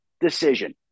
decision